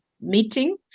meeting